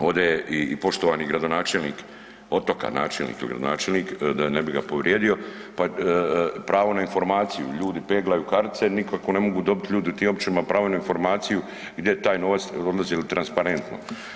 Ovdje je i poštovani gradonačelnik Otoka, načelnik ili gradonačelnik da ne bi ga povrijedio, pa pravo na informaciju, ljudi peglaju kartice, nikako ne mogu dobit ljudi u tim općinama pravo na informaciju gdje je taj novac, odlazi li transparentno.